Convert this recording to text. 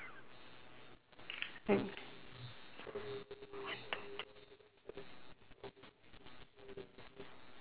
mm